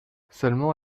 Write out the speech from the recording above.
seulement